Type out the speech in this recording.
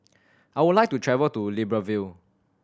I would like to travel to Libreville